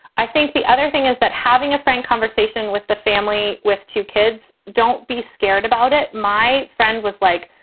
i think the other thing is that having a frank conversation with the family, with two kids. don't be scared about it my friend was like,